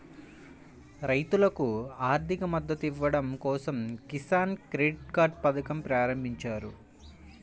రైతులకు ఆర్థిక మద్దతు ఇవ్వడం కోసం కిసాన్ క్రెడిట్ కార్డ్ పథకం ప్రారంభించారు